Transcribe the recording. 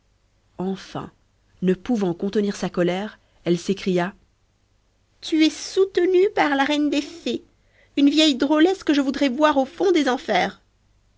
enfin ne pouvant contenir sa colère elle s'écria tu es soutenue par la reine des fées une vieille drôlesse que je voudrais voir au fond des enfers